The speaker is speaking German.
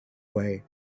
way